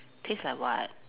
taste like what